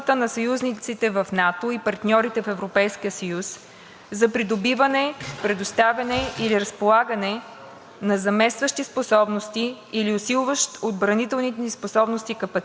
на заместващи способности или усилващ отбранителните ни способности капацитет, което да позволи ускореното освобождаване от остарялото съветско въоръжение и техника.“